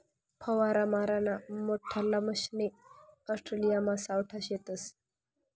फवारा माराना मोठल्ला मशने ऑस्ट्रेलियामा सावठा शेतस